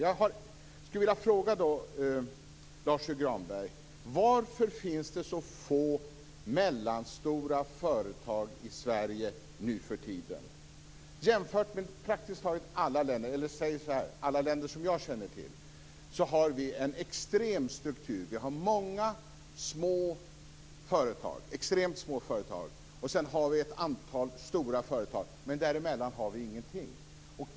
Jag skulle vilja fråga Lars U Granberg: Varför finns det så få mellanstora företag i Sverige nuförtiden? Jämfört med praktiskt taget alla länder som jag känner till har vi en extrem struktur. Vi har många små företag, extremt små företag. Sedan har vi ett antal stora företag. Däremellan har vi ingenting.